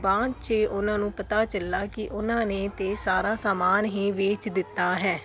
ਬਾਅਦ 'ਚ ਉਹਨਾਂ ਨੂੰ ਪਤਾ ਚੱਲਾ ਕਿ ਉਹਨਾਂ ਨੇ ਤਾਂ ਸਾਰਾ ਸਮਾਨ ਹੀ ਵੇਚ ਦਿੱਤਾ ਹੈ